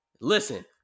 listen